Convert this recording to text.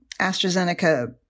AstraZeneca